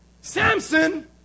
Samson